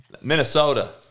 Minnesota